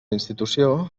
institució